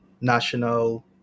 national